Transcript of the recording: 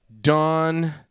Dawn